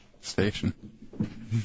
station